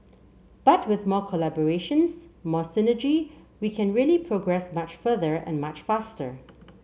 but with more collaborations more synergy we can really progress much further and much faster